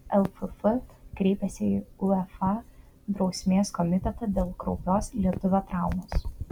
lff kreipėsi į uefa drausmės komitetą dėl kraupios lietuvio traumos